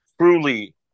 truly